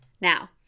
now